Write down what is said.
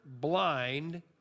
blind